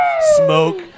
smoke